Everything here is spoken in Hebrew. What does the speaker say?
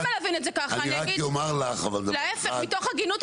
נעמה, אני